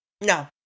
No